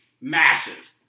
massive